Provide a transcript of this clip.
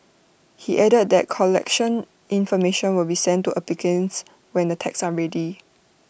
he added that collection information will be sent to applicants when the tags are ready